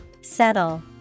Settle